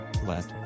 Let